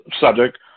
subject